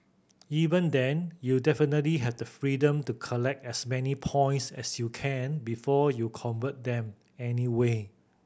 even then you definitely have the freedom to collect as many points as you can before you convert them anyway